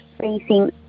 facing